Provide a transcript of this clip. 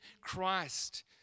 Christ